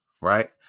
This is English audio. right